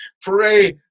Pray